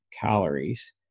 calories